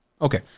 Okay